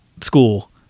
school